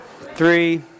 three